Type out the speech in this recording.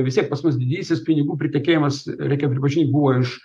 vis tiek pas mus didysis pinigų pritekėjimas reikia pripažint buvo iš